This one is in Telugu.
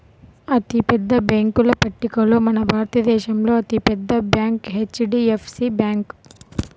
అతిపెద్ద బ్యేంకుల పట్టికలో మన భారతదేశంలో అతి పెద్ద బ్యాంక్ హెచ్.డీ.ఎఫ్.సీ బ్యాంకు